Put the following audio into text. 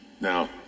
Now